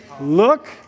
Look